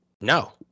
No